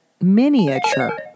Miniature